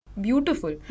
Beautiful